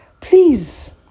Please